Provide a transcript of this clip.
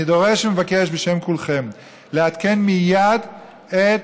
אני דורש ומבקש בשם כולכם לעדכן מייד את